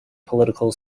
political